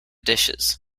dishes